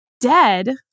dead